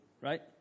right